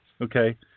Okay